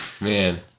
Man